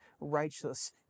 righteous